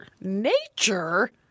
Nature